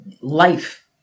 life